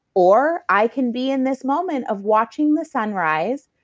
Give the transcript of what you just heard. or i can be in this moment of watching the sunrise,